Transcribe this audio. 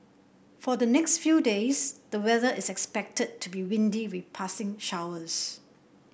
for the next few days the weather is expected to be windy with passing showers